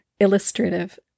illustrative